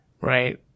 Right